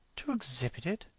to exhibit it!